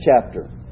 chapter